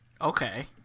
Okay